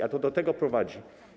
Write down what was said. A to do tego prowadzi.